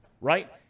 right